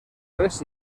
res